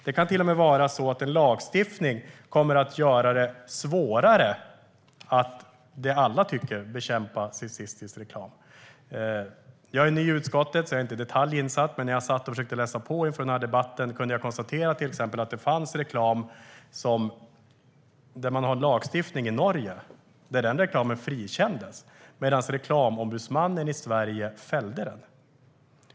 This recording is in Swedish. Det kan till och med vara så att en lagstiftning kommer att göra det svårare att bekämpa sexistisk reklam, vilket alla tycker att man ska göra. Jag är ny i utskottet, så jag är inte insatt i detalj. Men när jag satt och försökte läsa på inför den här debatten kunde jag till exempel konstatera att det har funnits reklam som frikänts i Norge, där man har sådan lagstiftning, medan Reklamombudsmannen i Sverige fällt den.